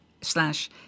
slash